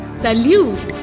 salute।